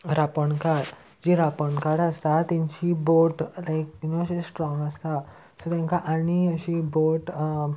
रांपोणकार जी रांपोणकारां आसता तेंची बोट लायक यू नो अशी स्ट्रॉंग आसता सो तेंकां आनी अशी बोट